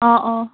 অঁ অঁ